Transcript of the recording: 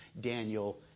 Daniel